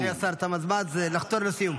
אדוני השר, לחתור לסיום.